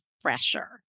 fresher